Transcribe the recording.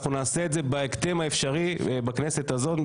ואנחנו נעשה את זה בהקדם האפשרי בכנסת הזאת.